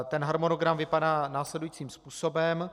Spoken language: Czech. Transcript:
Ten harmonogram vypadá následujícím způsobem.